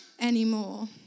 anymore